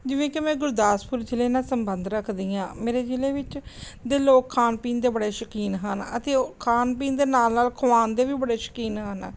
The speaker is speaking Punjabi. ਜਿਵੇਂ ਕਿ ਮੈਂ ਗੁਰਦਾਸਪੁਰ ਜ਼ਿਲ੍ਹੇ ਨਾਲ ਸੰਬੰਧ ਰੱਖਦੀ ਹਾਂ ਮੇਰੇ ਜ਼ਿਲ੍ਹੇ ਵਿੱਚ ਦੇ ਲੋਕ ਖਾਣ ਪੀਣ ਦੇ ਬੜੇ ਸ਼ੌਕੀਨ ਹਨ ਅਤੇ ਉਹ ਖਾਣ ਪੀਣ ਦੇ ਨਾਲ ਨਾਲ ਖਵਾਉਣ ਦੇ ਵੀ ਬੜੇ ਸ਼ੌਕੀਨ ਹਨ